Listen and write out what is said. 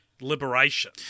liberation